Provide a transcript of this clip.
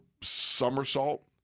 somersault